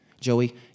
Joey